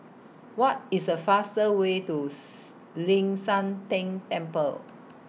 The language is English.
What IS The faster Way to Ling San Teng Temple